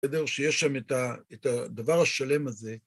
בסדר שיש שם את הדבר השלם הזה,